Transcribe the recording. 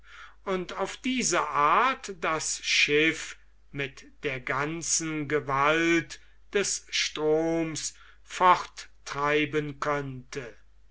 und auf diese art das schiff mit der ganzen gewalt des stroms forttreiben könnte